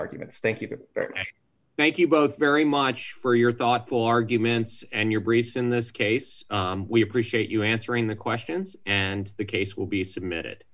arguments thank you very much thank you both very much for your thoughtful arguments and your briefs in this case we appreciate you answering the questions and the case will be submitted